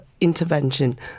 intervention